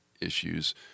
issues